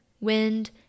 wind